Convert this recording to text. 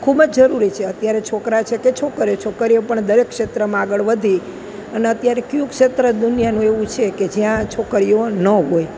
ખૂબ જ જરૂરી છે અત્યારે છોકરા છે કે છોકરીઓ છે છોકરીઓ પણ દરેક ક્ષેત્રમાં આગળ વધી અને અત્યારે કયું ક્ષેત્ર દુનિયાનું એવું છે કે જ્યાં છોકરીઓ ન હોય